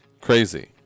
Crazy